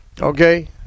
Okay